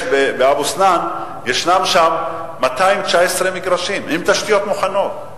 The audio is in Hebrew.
באבו-סנאן יש 219 מגרשים עם תשתיות מוכנות.